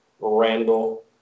Randall